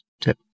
Tip